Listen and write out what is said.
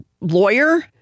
lawyer